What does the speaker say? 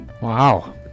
Wow